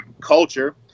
culture